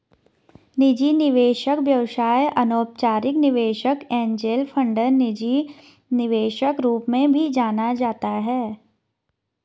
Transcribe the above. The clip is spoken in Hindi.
निजी निवेशक व्यवसाय अनौपचारिक निवेशक एंजेल फंडर निजी निवेशक रूप में भी जाना जाता है